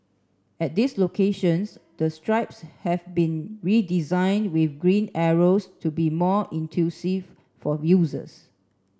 at these locations the strips have been redesigned with green arrows to be more for users